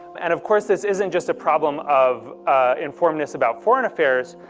and of course this isn't just a problem of informedness about foreign affairs,